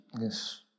Yes